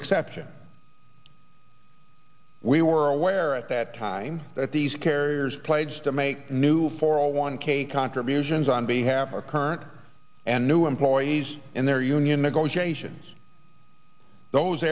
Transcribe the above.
exception we were aware at that time that these carriers pledged to make new four hundred one k contributions on be have our current and new employees and their union negotiations those